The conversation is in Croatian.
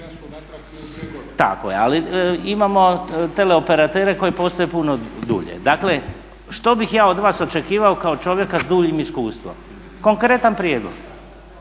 tako je. Ali imamo teleoperatere koji postoje punu dulje. Dakle, što bih ja od vas očekivao kao čovjeka sa duljim iskustvom? Konkretan prijedlog,